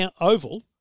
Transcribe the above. Oval